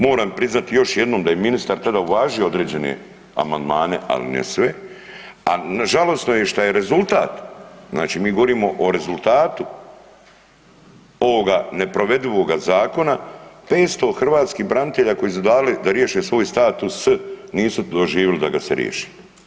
Moram priznati još jednom da je ministar tada uvažio određene amandmane, ali ne sve, a žalosno je što je rezultat, znači mi govorimo o rezultatu ovoga neprovedivoga zakona 500 hrvatskih branitelja koji su dali da riješe svoj status nisu doživili da ga se riješi.